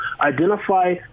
Identify